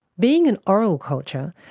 being an oral culture,